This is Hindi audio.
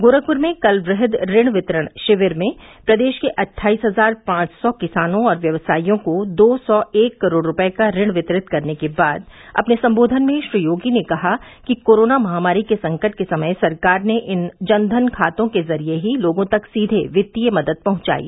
गोरखपुर में कल वृहद ऋण वितरण शिविर में प्रदेश के अठाईस हजार पांच सौ किसानों और व्यवसायियों को दो सौ एक करोड़ रूपए का ऋण वितरित करने के बाद अपने संबोधन में श्री योगी ने कहा कि कोरोना महामारी के संकट के समय सरकार ने इन जन धन खातों के जरिये ही लोगों तक सीधे वित्तीय मदद पहुंचायी